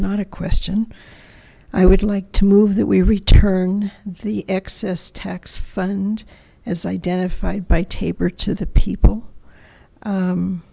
not a question i would like to move that we return the excess tax fund as identified by taper to the people